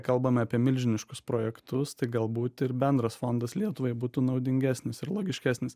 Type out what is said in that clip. kalbame apie milžiniškus projektus tai galbūt ir bendras fondas lietuvai būtų naudingesnis ir logiškesnis